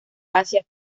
hacia